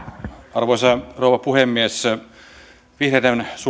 arvoisa rouva puhemies vihreiden